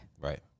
right